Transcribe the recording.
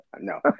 no